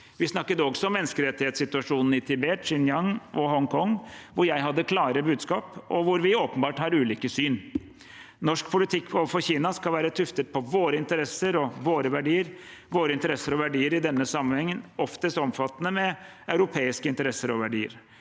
Vi snakket også om menneskerettighetssituasjonen i Tibet, Xinjiang og Hongkong, hvor jeg hadde klare budskap, og hvor vi åpenbart har ulike syn. Norsk politikk overfor Kina skal være tuftet på våre interesser og våre verdier. Våre interesser og verdier er i denne sammenheng oftest sammenfallende med europeiske interesser og verdier.